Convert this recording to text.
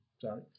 Sorry